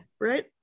right